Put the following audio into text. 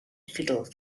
fiddle